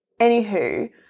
Anywho